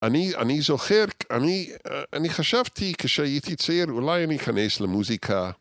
אני זוכר, אני חשבתי כשהייתי צעיר אולי אני אכנס למוזיקה.